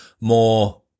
more